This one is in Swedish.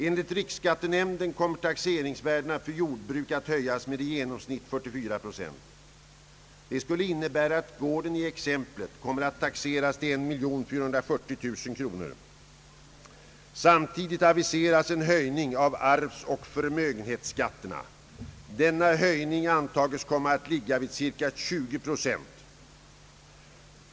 Enligt riksskattenämnden kommer taxeringsvärdena för jordbruk att höjas med i genomsnitt 44 procent. Det skulle innebära att gården i exemplet kommer att taxeras till 1440 000 kronor. Samtidigt aviseras en höjning av arvsoch förmögenhetsskatterna. Denna höjning antages att ligga vid cirka 20 procent.